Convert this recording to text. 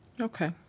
Okay